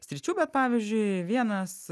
sričių bet pavyzdžiui vienas